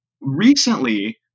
recently